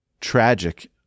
tragic